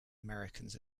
americans